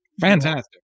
Fantastic